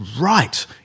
right